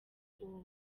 ubu